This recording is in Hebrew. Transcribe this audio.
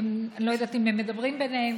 אני לא יודעת אם הם מדברים ביניהם.